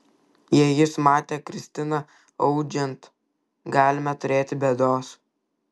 jei jis matė kristiną audžiant galime turėti bėdos